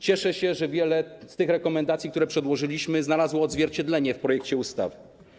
Cieszę się, że wiele z rekomendacji, które przedłożyliśmy, znalazło odzwierciedlenie w projekcie ustawy.